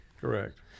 Correct